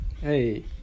Hey